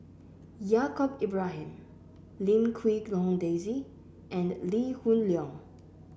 Yaacob Ibrahim Lim Quee Hong Daisy and Lee Hoon Leong